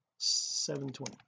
720